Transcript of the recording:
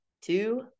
Two